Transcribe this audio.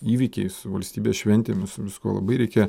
įvykiais su valstybės šventėmis su viskuo labai reikia